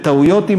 וטעויות,